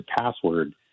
password